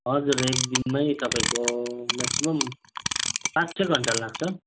हजुर एक दिनमै तपाईँँको म्याक्सिमम् पाँच छ घन्टा लाग्छ